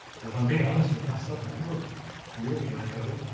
but if i'm being honest with myself, i never really let go.